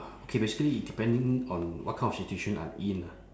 okay basically depending on what kind of situation I'm in ah